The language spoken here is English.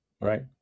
right